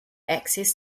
access